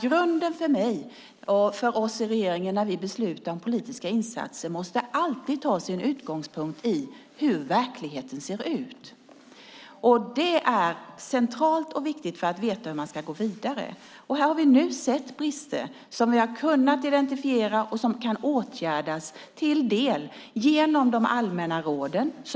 Grunden för mig och oss i regeringen när vi beslutar om politiska insatser är att det alltid har sin utgångspunkt i hur verkligheten ser ut. Det är centralt och viktigt för att veta hur man ska gå vidare. Nu har vi sett brister som vi har kunnat identifiera och som kan åtgärdas till del genom de allmänna råden.